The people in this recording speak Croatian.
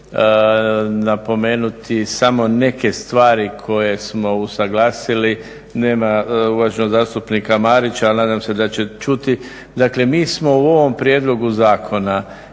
Hvala i vama.